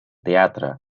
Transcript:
teatre